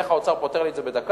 איך האוצר פותר לי את זה בדקה?